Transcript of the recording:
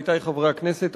עמיתי חברי הכנסת,